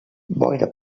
boira